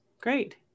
Great